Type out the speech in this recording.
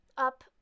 up